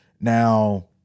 Now